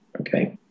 Okay